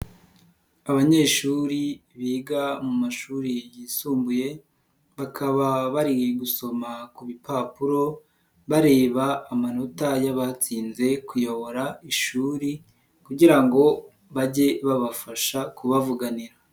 Abanyeshuri biga mu mashuri yisumbuye bakaba bari gusoma ku bipapuro bareba amanota y'abatsinze kuyobora ishuri kugira ngo bajye babafasha kubavuganira.